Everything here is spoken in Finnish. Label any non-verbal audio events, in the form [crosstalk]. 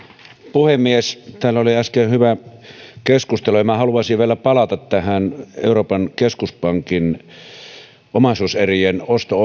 puhemies täällä oli äsken hyvä keskustelu ja minä haluaisin vielä palata tähän euroopan keskuspankin omaisuuserien osto [unintelligible]